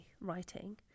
writing